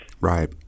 Right